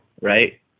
right